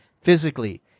physically